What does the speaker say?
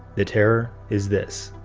the terror is this!